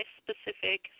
specific